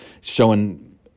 showing